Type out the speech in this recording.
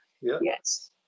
Yes